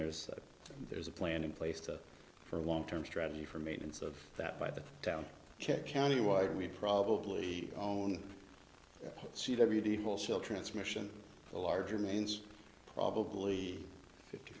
there's there's a plan in place to for a long term strategy for maintenance of that by the down countywide we probably own c w t will still transmission a larger mains probably fifty